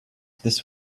this